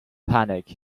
panic